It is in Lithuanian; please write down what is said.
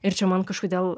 ir čia man kažkodėl